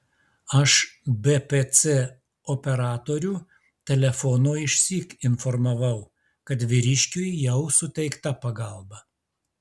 aš bpc operatorių telefonu išsyk informavau kad vyriškiui jau suteikta pagalba